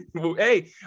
Hey